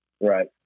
Right